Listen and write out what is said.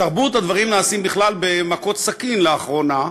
בתרבות הדברים נעשים בכלל במכות סכין לאחרונה,